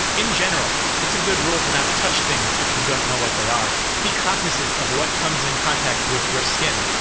in general, its a good rule to not touch things if you don't know what they are. be cognizant of what comes in contact with the skin.